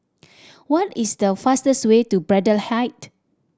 what is the fastest way to Braddell Height